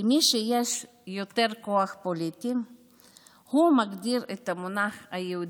מי שיש לו יותר כוח פוליטי הוא המגדיר את המונח "יהודי",